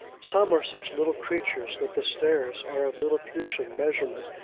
some are such little creatures, that the stairs are of lilliputian measurement,